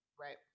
right